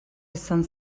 izan